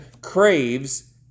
craves